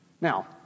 Now